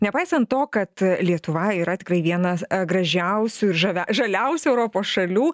nepaisant to kad lietuva yra tikrai viena gražiausių ir žavia žaliausių europos šalių